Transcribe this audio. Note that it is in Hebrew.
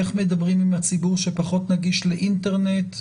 איך מדברים עם הציבור שפחות נגיד לאינטרנט?